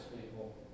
people